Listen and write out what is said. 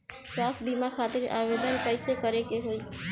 स्वास्थ्य बीमा खातिर आवेदन कइसे करे के होई?